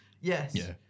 Yes